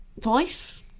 Twice